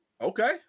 okay